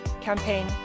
campaign